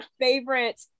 favorite